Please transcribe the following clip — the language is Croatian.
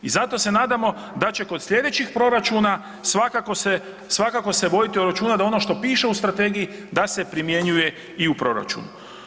I zato se nadamo da će kod slijedećih proračuna svakako se, svakako se voditi računa da ono što piše u strategiji da se primjenjuje i u proračunu.